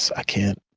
i can't.